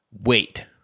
Wait